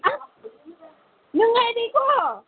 ꯑꯁ ꯅꯨꯡꯉꯥꯏꯔꯤꯀꯣ